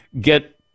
get